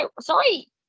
Sorry